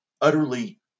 utterly